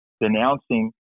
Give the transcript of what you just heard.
denouncing